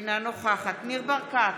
אינה נוכחת ניר ברקת,